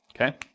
Okay